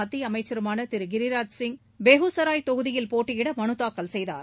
மத்திய அமைச்சருமான திரு கிரிராஜ் சிங் பெஹுசராய் தொகுதியில் போட்டியிட மனு தாக்கல் செய்தார்